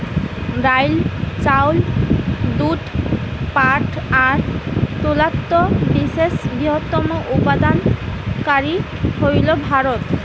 ডাইল, চাউল, দুধ, পাটা আর তুলাত বিশ্বের বৃহত্তম উৎপাদনকারী হইল ভারত